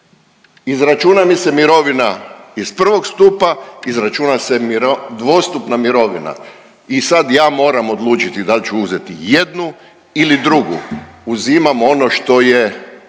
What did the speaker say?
izračuna mi se mirovina iz prvog stupa, izračuna se dvostupna mirovina i sad ja moram odlučiti dal ću uzeti jednu ili drugu. Uzimam ono što je